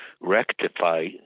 rectify